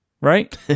right